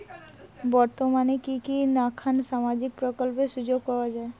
বর্তমানে কি কি নাখান সামাজিক প্রকল্পের সুযোগ পাওয়া যায়?